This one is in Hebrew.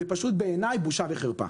זאת פשוט בעיניי בושה וחרפה.